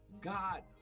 God